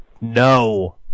no